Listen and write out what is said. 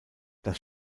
das